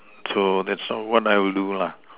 so that's what I will do lah